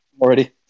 Already